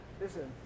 Listen